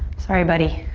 sorry buddy.